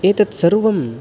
एतत् सर्वं